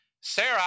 Sarah